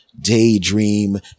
daydream